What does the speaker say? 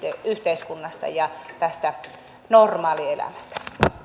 yhteiskunnasta ja tästä normaalielämästä